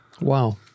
Wow